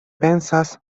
pensas